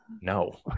no